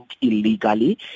illegally